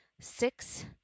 six